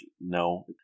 no